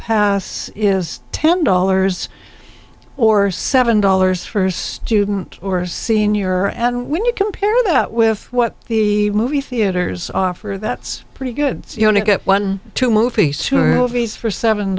pass is ten dollars or seven dollars for student or senior and when you compare that with what the movie theaters offer that's pretty good you only get one to move east is for seven